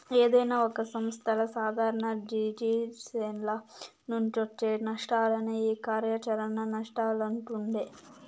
ఏదైనా ఒక సంస్థల సాదారణ జిజినెస్ల నుంచొచ్చే నష్టాలనే ఈ కార్యాచరణ నష్టాలంటుండె